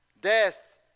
Death